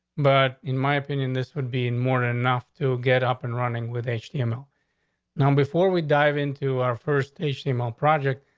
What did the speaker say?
but in my opinion, this would be more enough to get up and running with it, you know, now, before we dive into our first station um um project,